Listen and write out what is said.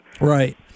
Right